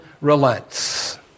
relents